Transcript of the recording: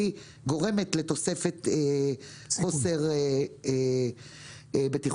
היא גורמת לתוספת חוסר בטיחות.